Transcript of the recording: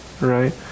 right